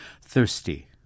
thirsty